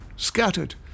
Scattered